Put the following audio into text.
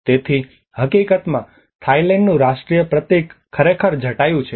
તેથી હકીકતમાં થાઇલેન્ડનું રાષ્ટ્રીય પ્રતીક ખરેખર જટાયુ છે